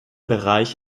bereich